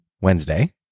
Wednesday